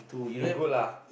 you good lah